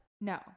No